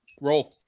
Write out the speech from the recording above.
Roll